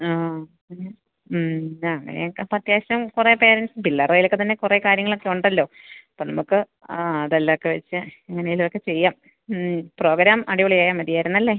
ആ പിന്നെ മ് ആ പിന്നെയങ്ങനെയൊക്കെ അത്യാവശ്യം കുറേ പേരൻസ് പിള്ളേരുടെ കയ്യിലൊക്കെത്തന്നെ കുറേ കാര്യങ്ങളൊക്കെയുണ്ടല്ലോ അപ്പം നമുക്ക് ആ അതെല്ലാമൊക്കെ വെച്ച് എങ്ങനെയെങ്കിലുമൊക്കെ ചെയ്യാം മ് പ്രോഗ്രാം അടിപൊളിയായാല് മതിയായിരുന്നു അല്ലേ